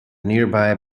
nearby